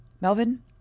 Melvin